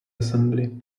assembly